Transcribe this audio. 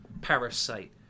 Parasite